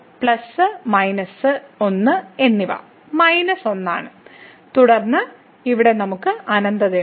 plus minus ഒന്ന് എന്നിവ minus ഒന്നാണ് തുടർന്ന് ഇവിടെ നമുക്ക് അനന്തതയുണ്ട്